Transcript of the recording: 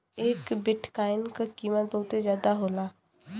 एक बिट्काइन क कीमत बहुते जादा होला